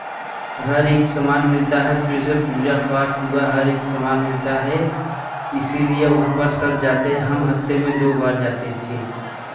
हर एक सामान मिलता है फिर से पूजा पाठ हुआ हर एक सामान मिलता है इसीलिए वहाँ पर सब जाते हैं हम हफ्ते में दो बार जाते थे